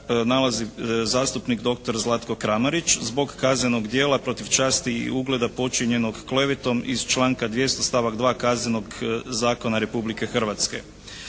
nalazi zastupnik dr. Zlatko Kramarić zbog kaznenog djela protiv časti i ugleda počinjenog klevetom iz članka 200. stavak 2. Kaznenog zakona Republike Hrvatske.